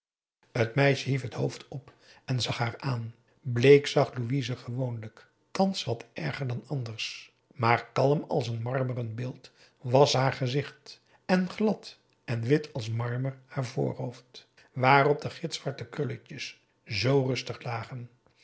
het meisje hief het hoofd op en zag haar aan bleek zag louise gewoonlijk thans wat erger dan anders maar kalm als een marmeren beeld was haar gezicht en glad en wit als marmer haar voorhoofd waarop de gitzwarte krulletjes zoo rustig lagen